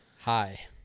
Hi